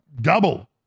double